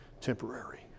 temporary